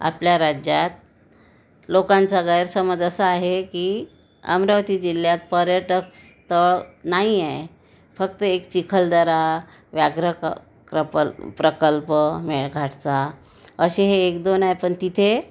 आपल्या राज्यात लोकांचा गैरसमज असा आहे की अमरावती जिल्ह्यात पर्यटक स्थळ नाहीये फक्त एक चिखलदरा व्याघ्र क्रपल प्रकल्प मेळघाटचा अशे हे एक दोन आहे पण तिथे